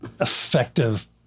effective